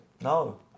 no